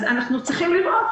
אנחנו צריכים לראות,